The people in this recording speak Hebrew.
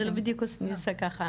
זה לא בדיוק נעשה ככה,